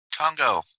Congo